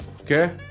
Okay